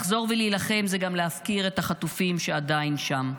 לחזור ולהילחם זה גם להפקיר את החטופים שעדיין שם.